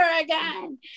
again